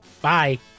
Bye